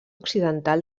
occidental